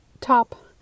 top